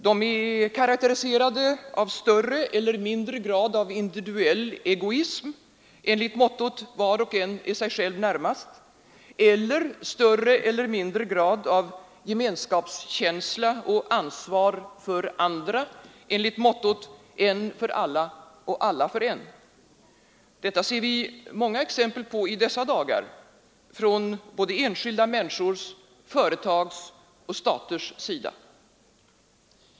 De är karakteriserade av större eller mindre grad av individuell egoism enligt mottot: ”Var och en är sig själv närmast” eller större eller mindre grad av gemenskapskänsla och ansvar för andra enligt mottot: ”En för alla och alla för en.” Detta ser vi många exempel på i dessa dagar, från såväl enskilda människors och företags som staters sida.